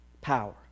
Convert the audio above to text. power